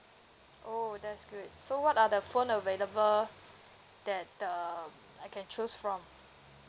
oh that's good so what are the phone available that uh I can choose from